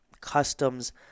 customs